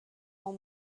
اون